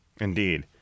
Indeed